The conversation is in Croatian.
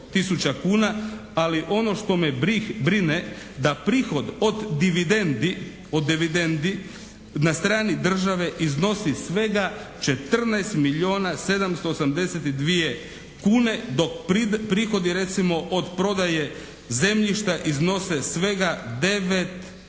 Ali ono što me brine da prihod od dividendi na strani države iznosi svega 14 milijuna 782 kune dok prihodi recimo od prodaje zemljišta iznose svega 9 milijuna